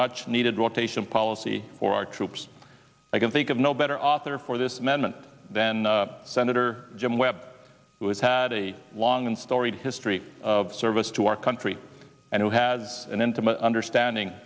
much needed rotation policy for our troops i can think of no better author for this man meant then senator jim webb who has had a long and storied history of service to our country and who has an intimate understanding